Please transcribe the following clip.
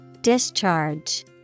Discharge